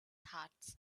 hearts